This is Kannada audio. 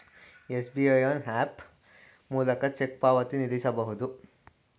ಎಸ್.ಬಿ.ಐ ಯೋನೋ ಹ್ಯಾಪ್ ಮೂಲಕ ಚೆಕ್ ಪಾವತಿ ನಿಲ್ಲಿಸಬಹುದು